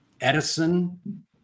Edison